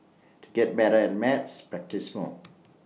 to get better at maths practise more